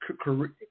career